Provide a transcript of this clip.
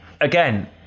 again